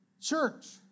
church